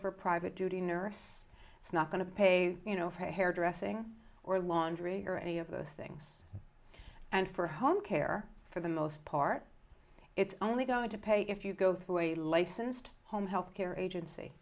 for private duty nurse it's not going to pay you know for hairdressing or laundry or any of those things and for home care for the most part it's only going to pay if you go through a licensed home health care agency